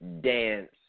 dance